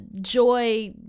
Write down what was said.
joy